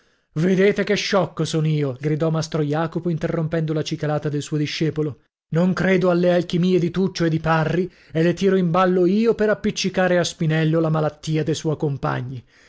espressione vedete che sciocco son io gridò mastro jacopo interrompendo la cicalata del suo discepolo non credo alle alchimie di tuccio e di parri e le tiro in ballo io per appiccicare a spinello la malattia de suoi compagni